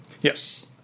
yes